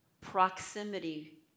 proximity